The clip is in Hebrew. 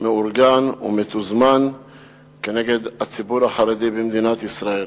מאורגן ומתוזמן כנגד הציבור החרדי במדינת ישראל.